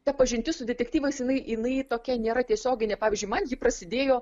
ta pažintis su detektyvais jinai jinai tokia nėra tiesioginė pavyzdžiui man ji prasidėjo